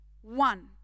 one